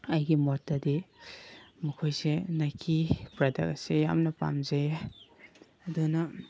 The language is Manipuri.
ꯑꯩꯒꯤ ꯃꯣꯠꯇꯗꯤ ꯃꯈꯣꯏꯁꯦ ꯅꯥꯏꯀꯤ ꯄ꯭ꯔꯗꯛ ꯑꯁꯦ ꯌꯥꯝꯅ ꯄꯥꯝꯖꯩꯌꯦ ꯑꯗꯨꯅ